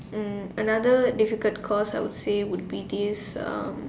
um another difficult course I would say would be this um